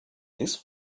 this